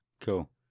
cool